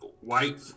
white